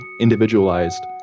individualized